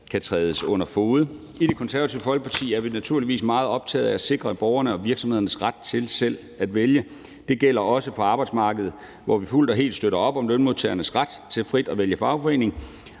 kan trædes under fode. I Det Konservative Folkeparti er vi naturligvis meget optaget af at sikre borgernes og virksomhedernes ret til selv at vælge. Det gælder også på arbejdsmarkedet, hvor vi fuldt og helt støtter op om lønmodtagernes ret til frit at vælge fagforening